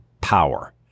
power